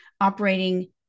operating